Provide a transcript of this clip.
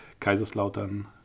kaiserslautern